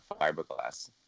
fiberglass